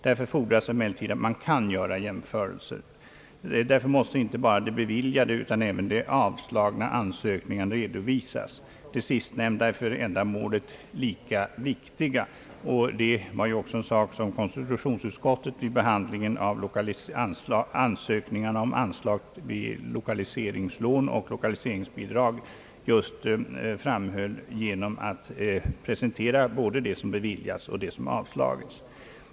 Därför fordras emellertid att man kan göra jämförelser. Inte bara de beviljade utan även de avslagna ansökningarna måste därför redovisas. De sistnämnda är för ändamålet lika viktiga. Det var ju också en sak som konstitutionsutskottet vid behandlingen av ansökningarna om anslag till lokaliseringslån och lokaliseringsbidrag framhöll genom att presentera både beviljade och avslagna ansökningar.